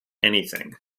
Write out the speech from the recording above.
anything